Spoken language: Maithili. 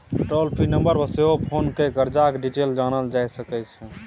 टोल फ्री नंबर पर सेहो फोन कए करजाक डिटेल जानल जा सकै छै